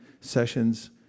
sessions